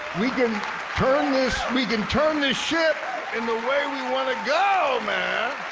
we can turn this we can turn this ship in the way we want to go, man!